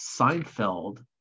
Seinfeld